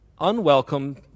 unwelcome